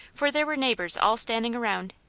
for there were neigh bours all standing around,